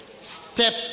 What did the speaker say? step